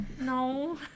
No